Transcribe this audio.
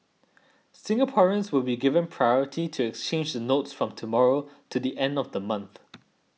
Singaporeans will be given priority to exchange the notes from tomorrow to the end of next month